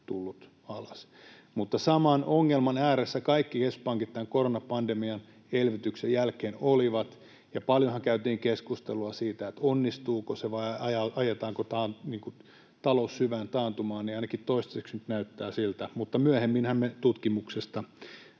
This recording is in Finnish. tullut alas. Saman ongelman ääressä kaikki keskuspankit tämän koronapandemian elvytyksen jälkeen olivat, ja paljonhan käytiin keskustelua siitä, onnistuuko se vai ajetaanko talous syvään taantumaan, ja ainakin toistaiseksi nyt näyttää siltä, mutta myöhemminhän me tutkimuksesta